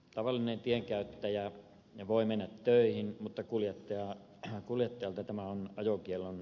tavallinen tienkäyttäjä voi mennä töihin mutta kuljettajalta tämä on ajokiellon aikana kielletty